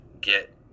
get